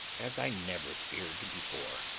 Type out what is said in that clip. as i never feared before.